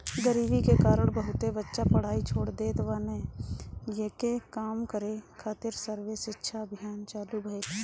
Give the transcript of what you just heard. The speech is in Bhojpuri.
गरीबी के कारण बहुते बच्चा पढ़ाई छोड़ देत बाने, एके कम करे खातिर सर्व शिक्षा अभियान चालु भईल